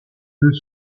deux